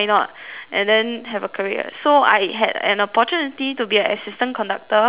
and then have a career so I had an opportunity to be an assistant conductor for my